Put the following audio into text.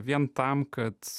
vien tam kad